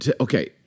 okay